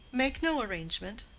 make no arrangement.